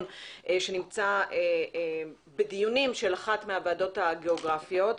שנמצא בדיונים של אחת מהוועדות הגיאוגרפיות.